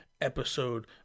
episode